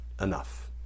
enough